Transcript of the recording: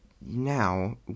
now